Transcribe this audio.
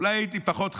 אולי הייתי פחות חזק,